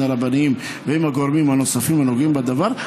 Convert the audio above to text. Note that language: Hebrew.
הרבניים ועם הגורמים האחרים הנוגעים בדבר,